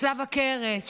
צלב הקרס,